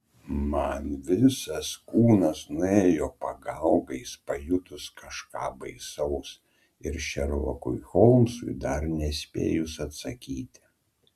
man visas kūnas nuėjo pagaugais pajutus kažką baisaus ir šerlokui holmsui dar nespėjus atsakyti